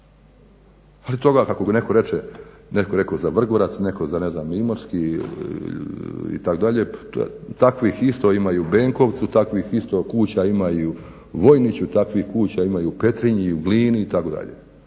Ali toga kako netko reče za Vrgorac netko za ne znam Imotski itd., takvih isto ima i u Benkovcu, takvih isto kuća ima i u Vojniću, takvih kuća ima i u Petrinji i u Glini itd.